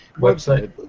Website